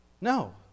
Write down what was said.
no